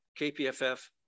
KPFF